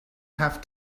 have